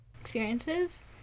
experiences